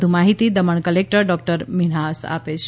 વધુ માહિતી Daman collector doctor Minhas આપે છે